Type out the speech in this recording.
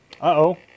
Uh-oh